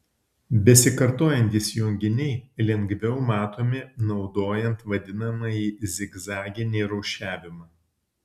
besikartojantys junginiai lengviau matomi naudojant vadinamąjį zigzaginį rūšiavimą